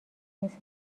نیست